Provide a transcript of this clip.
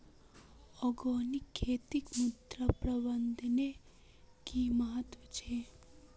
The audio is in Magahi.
ऑर्गेनिक खेतीत मृदा प्रबंधनेर कि महत्व छे